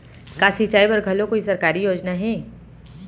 का सिंचाई बर घलो कोई सरकारी योजना हे?